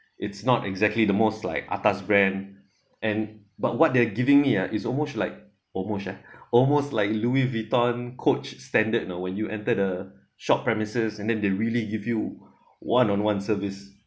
it's not exactly the most like atas brand and but what they're giving me ah is almost like almost ah almost like louis vuitton coach standard you know when you enter the shop premises and then they really give you one on one service